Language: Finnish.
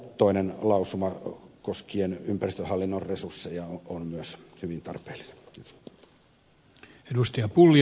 toinen lausuma koskien ympäristöhallinnon resursseja on myös hyvin tarpeellinen